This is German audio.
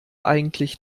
eigentlich